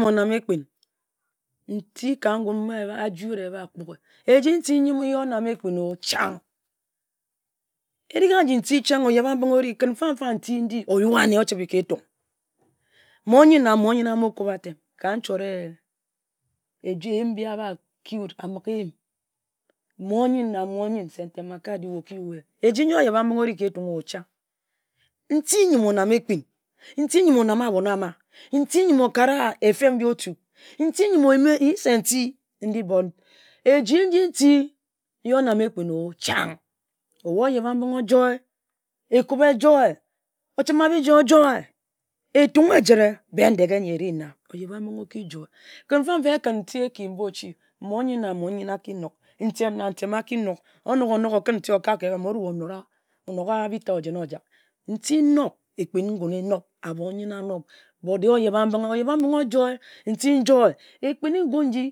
O-yem o-nam ekpin. Nti-ma a-ji wut eba-kpoghe, eji nti n-yi o-nam ekpin-o, chang. Eig-a-ji nti chang oyebapmbinghe ori, kǝn nfam fa nti nchibe, oyua ane ochibe ka etung. Mon-nyen na mon-nyen, a-mo kub atem ka-nchot-rem eyim m-bi abha ki wut, a-mighe-eyim. Mon-nyen na mon-nyen se ntem a-ka di o-ki yua-ye eji oyeba-mbinghe ori ka etung-o, chang. Nti n-yǝm o nam-ekpin, nti n-yǝm-o nam abon a-ma nti n-yǝm o-kara ehfap nji o-tuk. N-yi se nti ndi but eji-nji nti nyi-o-nam ekpin-o, chang. O-bu oyeba-m binghe o-joi, eku-be e-joi, ochimabiji ojoi. Etung ejǝtre, Bendeghe nyi eri-na oyeba-mbinghe oki joi. Kǝn fam-fa, e-kǝn nti eki-mba o-chi mon-yen na mon-yen aki nok, ntem na ntem a-ki nok o-nok-o-nok, o- kǝn nti okak ka ebham orue onok-ha bitie ojak. Nti nob, ekpin-ni ngun enob, abonni-nyen naob. But de-e oyeba-mbinghe o-joi oyeba-mbinghe o-joi, nti n-joi ekpin-ni ngun nyi